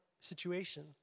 situation